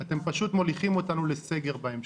אתם פשוט מוליכים אותנו לסגר בהמשך.